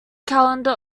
calendar